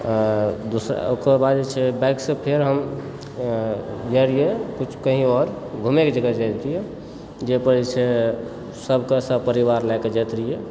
आओर दोसर ओकर बाद जे छै बाइकसँ फेर हम जाइत रहियैक किछु कहीं आओर घुमैके जगह जाइत रहियै जाहिपर जे छै सबके सपरिवार लए कऽ जाइत रहियै